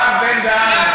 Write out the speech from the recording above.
הרב בן-דהן,